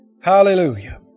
Hallelujah